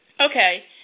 Okay